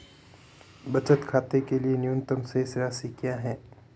बचत खाते के लिए न्यूनतम शेष राशि क्या है?